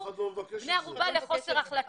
ברור שלא.